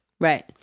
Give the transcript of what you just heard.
Right